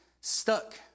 Stuck